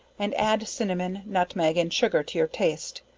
and add cinnamon nutmeg, and sugar to your taste,